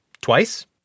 twice